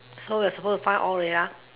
so we are suppose find all ya